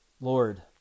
Lord